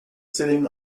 sitting